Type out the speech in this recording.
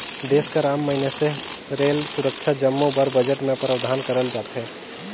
देस कर आम मइनसे रेल, सुरक्छा जम्मो बर बजट में प्रावधान करल जाथे